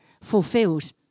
fulfilled